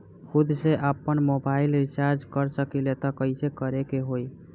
खुद से आपनमोबाइल रीचार्ज कर सकिले त कइसे करे के होई?